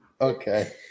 Okay